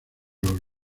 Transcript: los